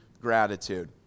gratitude